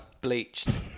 Bleached